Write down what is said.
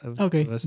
Okay